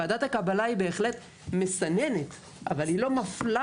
ועדת הקבלה היא בהחלט מסננת, אבל היא לא מפלה.